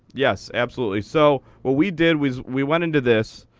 yes, absolutely. so what we did was we went into this.